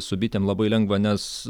su bitėm labai lengva nes